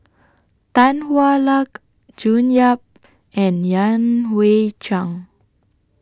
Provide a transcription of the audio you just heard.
Tan Hwa Luck June Yap and Yan Hui Chang